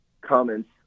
comments